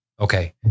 Okay